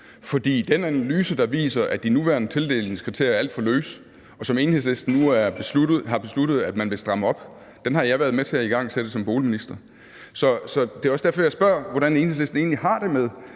For den analyse, der viser, at de nuværende tildelingskriterier er alt for løse, så Enhedslisten nu har besluttet, at man vil stramme op, har jeg været med til at igangsætte som boligminister. Det er også derfor, jeg spørger, hvordan Enhedslisten egentlig har det med,